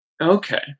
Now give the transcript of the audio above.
okay